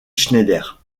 schneider